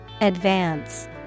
Advance